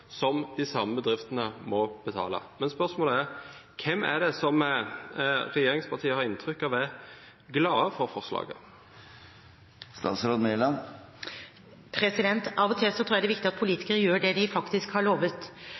som de samme bedriftene må betale. Spørsmålet er: Hvem er det regjeringspartiene har inntrykk av er glade for forslaget? Av og til tror jeg det er viktig at politikere gjør det de faktisk har lovet.